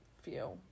feel